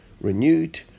renewed